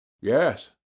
yes